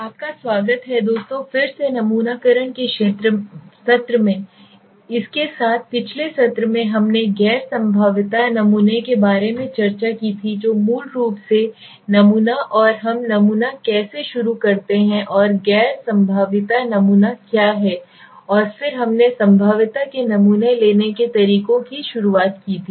आपका स्वागत है दोस्तों फिर से नमूनाकरण के सत्र में इसके साथ पिछले सत्र में हमने गैर संभाव्यता नमूने के बारे में चर्चा की थी जो मूल रूप से नमूना और हम नमूना कैसे शुरू करते हैं और गैर संभाव्यता नमूना क्या है और फिर हमने संभाव्यता के नमूने लेने के तरीकों से शुरुआत की थी